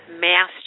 mass